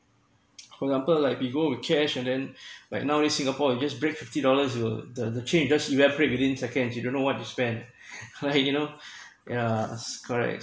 for example like people with cash and then like nowadays singapore you just break fifty dollars you uh the the changes evaporate within seconds you don't know what you spent right you know yeah correct